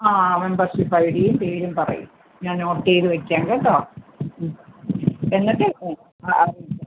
ആ മെമ്പർഷിപ് ഐ ഡിയും പേരും പറയു ഞാൻ നോട്ട് ചെയ്ത് വെക്കാം കേട്ടോ ഉം എന്നിട്ട് ഉം ആ അറിയിക്കാം